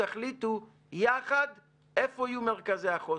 תחליטו יחד איפה יהיו מרכזי החוסן,